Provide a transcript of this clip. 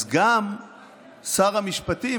אז גם שר המשפטים,